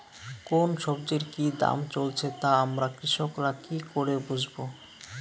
কোন সব্জির কি দাম চলছে তা আমরা কৃষক রা কি করে বুঝবো?